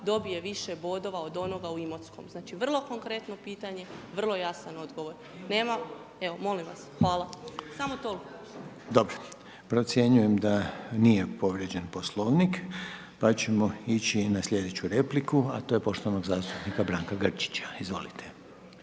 dobije više bodova od onoga u Imotskom. Znači, vrlo konkretno pitanje, vrlo jasan odgovor, nema, evo molim vas. Hvala, samo toliko. **Reiner, Željko (HDZ)** Dobro, procjenjujem da nije povrijeđen Poslovnik, pa ćemo ići na sljedeću repliku, a to je poštovanog zastupnika Branka Grčića, izvolite.